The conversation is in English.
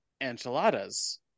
enchiladas